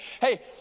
hey